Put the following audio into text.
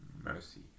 mercy